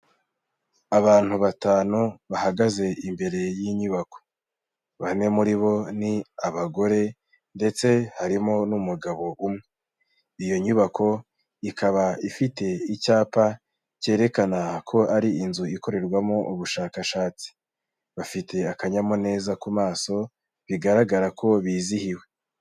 Abantu batanu bahagaze imbere y'inyubako. Bane muri bo ni abagore ndetse harimo n'umugabo umwe. Iyo nyubako ikaba ifite icyapa cyerekana ko ari inzu ikorerwamo ubushakashatsi. Bafite akanyamuneza ku maso bigaragara ko bizihiwe.